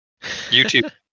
YouTube